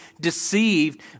deceived